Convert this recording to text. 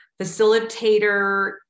facilitator